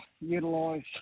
utilise